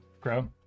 grow